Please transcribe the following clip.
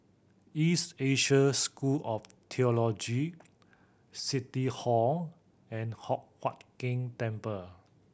East Asia School of Theology City Hall and Hock Huat Keng Temple